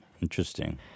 Interesting